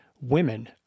women